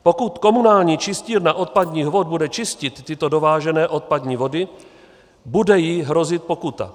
Pokud komunální čistírna odpadních vod bude čistit tyto dovážené odpadní vody, bude jí hrozit pokuta.